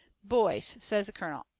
boys, says the colonel,